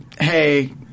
hey